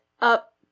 up